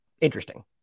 Interesting